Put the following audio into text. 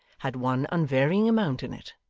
had one unvarying amount in it.